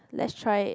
let's try it